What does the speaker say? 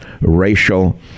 racial